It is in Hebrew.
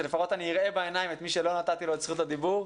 שלפחות אני אראה בעיניים את מי שלא נתתי לו את זכות הדיבור,